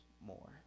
more